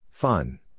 Fun